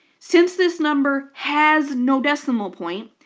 since this number has no decimal point,